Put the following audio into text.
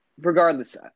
regardless